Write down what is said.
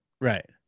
right